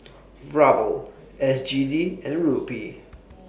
Ruble S G D and Rupee